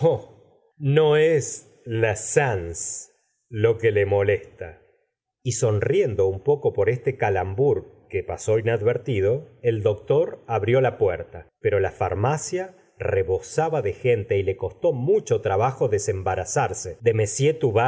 no es le sens lo que le molesta y sonriendo un poco por este calembour que pasó inadvertido el doctor abrió la puerta pero la farmacia rebosaba de gente y le costó mucho trabajo desembarazarse de